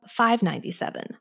$597